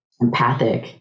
empathic